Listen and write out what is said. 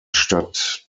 stadt